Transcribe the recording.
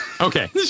Okay